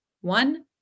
one